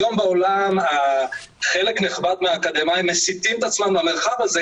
היום בעולם חלק נכבד מהאקדמאים מסיטים את עצמם מהמרחב הזה,